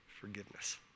forgiveness